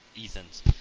Ethan's